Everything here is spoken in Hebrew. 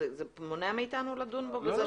זה מונע מאיתנו לדון בו?